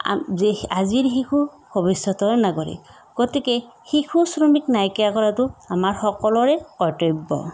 আ যে আজিৰ শিশু ভৱিষ্যতৰ নাগৰিক গতিকে শিশু শ্ৰমিক নাইকীয়া কৰাতো আমাৰ সকলোৰে কৰ্তব্য